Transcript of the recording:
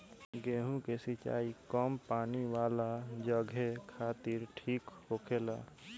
गेंहु के सिंचाई कम पानी वाला जघे खातिर ठीक होखेला